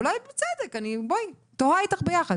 ואולי בצדק - אני תוהה איתך ביחד